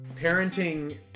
Parenting